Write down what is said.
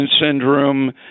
syndrome